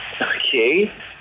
Okay